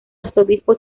arzobispo